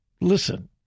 Listen